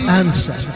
answer